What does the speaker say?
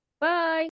Bye